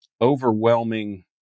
overwhelming